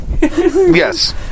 Yes